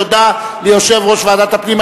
תודה ליושב-ראש ועדת הפנים.